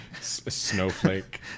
Snowflake